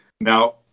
Now